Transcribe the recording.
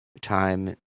time